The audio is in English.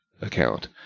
account